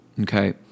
okay